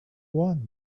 one